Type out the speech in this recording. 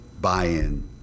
buy-in